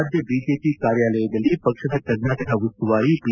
ರಾಜ್ಯ ಬಿಜೆಪಿ ಕಾರ್ಯಾಲಯದಲ್ಲಿ ಪಕ್ಷದ ಕರ್ನಾಟಕ ಉಸ್ತುವಾರಿ ಪಿ